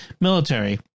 military